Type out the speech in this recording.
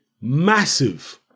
massive